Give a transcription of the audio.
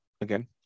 again